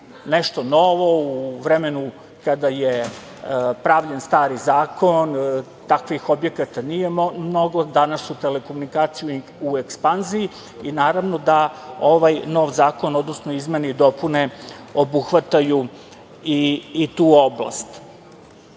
nešto novo. U vremenu kada je pravljen stari zakon, takvih objekata nije mnogo. Danas su telekomunikacije uvek u ekspanziji i naravno da ovaj nov zakon, odnosno izmene i dopune obuhvataju i tu oblast. Ja